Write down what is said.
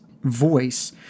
voice